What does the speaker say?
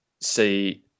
see